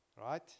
Right